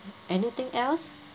anything else